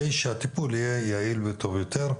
כדי שהטיפול יהיה יעיל וטוב יותר.